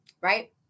right